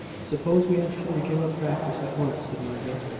suppose we ask him to give up practice at once, said margaret,